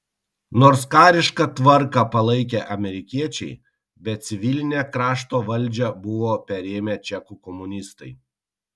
nors karišką tvarką palaikė amerikiečiai bet civilinę krašto valdžią buvo perėmę čekų komunistai